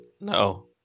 No